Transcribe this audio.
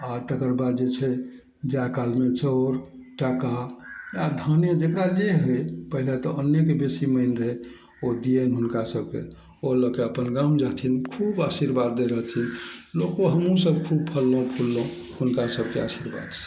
आओर तकर बाद जे छै जा कालमे चाओर टाका या धाने जेकरा जे होइ पहिले तऽ अन्नेके बेसी माने रहय ओ दियनि हुनका सबके ओ लएके अपन गाम रहथिन खूब आशीर्वाद दै रहथिन लोक हमहूँ सब खूब फललहुँ फुललहुँ हुनका सबके आशीर्वादसँ